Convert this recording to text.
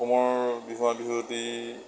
অসমৰ বিহুৱা বিহুৱতী